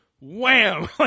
wham